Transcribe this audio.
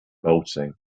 boating